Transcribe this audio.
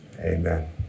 Amen